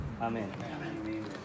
Amen